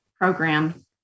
program